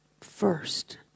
First